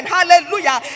Hallelujah